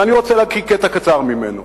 ואני רוצה להקריא קטע קצר ממנו: